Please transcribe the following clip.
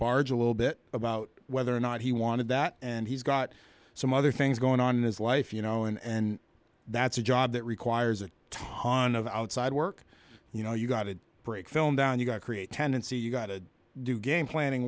barge a little bit about whether or not he wanted that and he's got some other things going on in his life you know and that's a job that requires a ton of outside work you know you got to break film down you've got create tendency you've got to do game planning